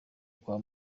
kwa